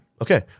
Okay